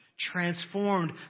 transformed